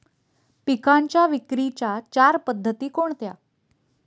पिकांच्या विक्रीच्या चार पद्धती कोणत्या?